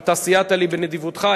ואתה סייעת לי בנדיבותך,